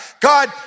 God